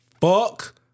Fuck